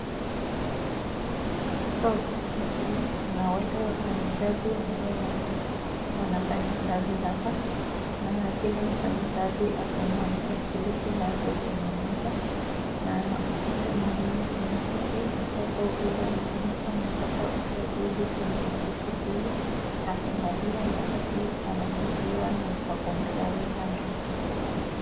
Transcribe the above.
Katika ofisi hili kuna wale wafanyakazi ambao wanafanya kazi hapa na kila mfanyakazi akona tarakilishi yake kwenye meza na upande mwingine kuna kiti ambapo ule mtu anataka usaidizi kwenye ofisi hili, anasalia wakati panastailiwa na wafanyakazi hao.